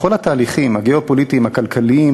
בכל התהליכים הגיאו-פוליטיים הכלכליים